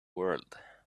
world